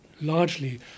largely